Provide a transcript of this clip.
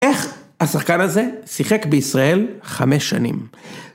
איך השחקן הזה שיחק בישראל חמש שנים.